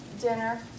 dinner